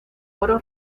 oro